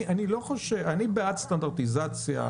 אני בעד סטנדרטיזציה.